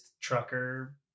trucker